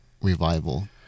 revival